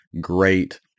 great